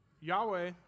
Yahweh